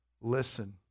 listen